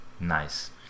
nice